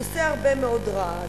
הוא עושה הרבה מאוד רעש,